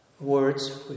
words